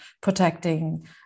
protecting